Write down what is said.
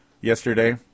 yesterday